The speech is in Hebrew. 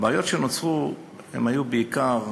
הבעיות שנוצרו היו בעיקר